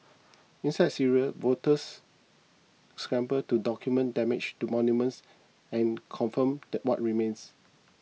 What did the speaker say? inside Syria volunteers scramble to document damage to monuments and confirm what remains